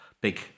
big